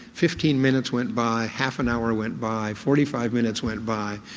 fifteen minutes went by, half an hour went by, forty five minutes went by.